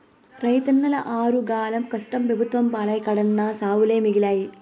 రైతన్నల ఆరుగాలం కష్టం పెబుత్వం పాలై కడన్నా సావులే మిగిలాయి